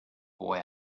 boy